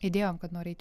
idėjom kad nori eit